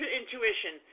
intuition